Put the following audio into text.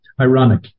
ironic